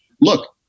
Look